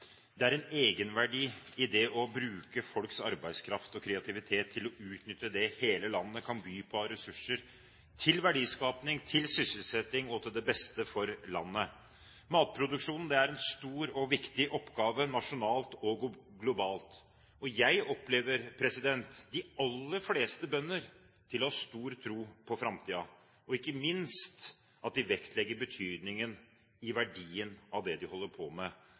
det er en egenverdi i det å bruke folks arbeidskraft og kreativitet til å utnytte det hele landet kan by på av ressurser, til verdiskaping, til sysselsetting og til det beste for landet. Matproduksjon er en stor og viktig oppgave nasjonalt og globalt. Jeg opplever det slik at de aller fleste bønder har stor tro på framtiden og ikke minst vektlegger betydningen av verdien av det de holder på med.